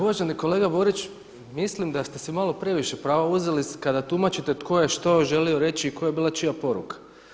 Uvaženi kolega Borić, mislim da ste si malo previše prava uzeli kada tumačite tko je što želio reći i koja je bila čija poruka.